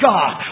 God